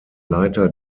leiter